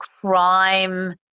crime